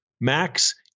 Max